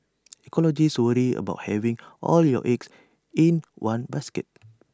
ecologists worry about having all your eggs in one basket